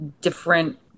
different